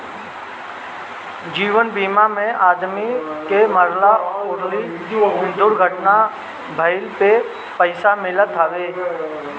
जीवन बीमा में आदमी के मरला अउरी दुर्घटना भईला पे पईसा मिलत हवे